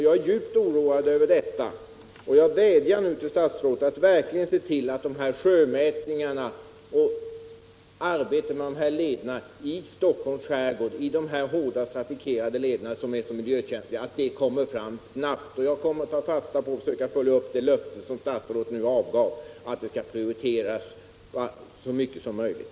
Jag är djupt oroad över detta, och jag vädjar till statsrådet att han verkligen skall se till att sjömätningarna och arbetet med lederna i Stockholms skärgård — som är hårt trafikerade och mycket miljökänsliga — utförs snabbt. Jag tar fasta på och skall försöka följa upp det löfte som statsrådet gav — att detta arbete skall prioriteras så mycket som möjligt.